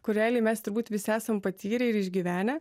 kur realiai mes turbūt visi esam patyrę ir išgyvenę